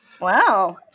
Wow